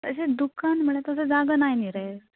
अशें दुकान म्हळ्यार तसो जागो नाय न्ही रे